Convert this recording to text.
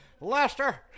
Lester